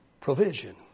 Provision